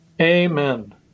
Amen